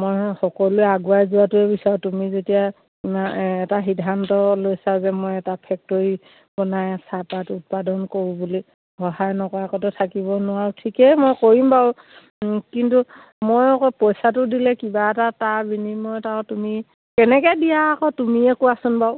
মই সকলোৱে আগুৱাই যোৱাটোৱে বিচাৰোঁ তুমি যেতিয়া ইমান এটা সিদ্ধান্ত লৈছা যে মই এটা ফেক্টৰী বনাই চাহপাত উৎপাদন কৰোঁ বুলি সহায় নকৰাকৈতো থাকিব নোৱাৰোঁ ঠিকেই মই কৰিম বাৰু কিন্তু ময়ো আকৌ পইচাটো দিলে কিবা এটা তাৰ বিনিময়ত আৰু তুমি কেনেকৈ দিয়া আকৌ তুমিয়ে কোৱাচোন বাৰু